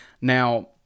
Now